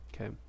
okay